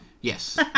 Yes